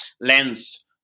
lens